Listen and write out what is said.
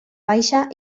baixa